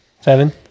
Seven